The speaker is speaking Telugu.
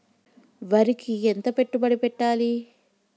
వరికి ఎంత పెట్టుబడి పెట్టాలి?